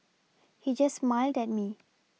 he just smiled at me